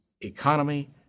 economy